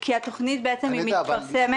כי התוכנית מתפרסמת.